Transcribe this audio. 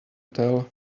tell